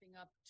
up